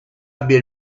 abbia